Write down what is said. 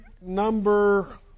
number